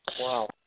Wow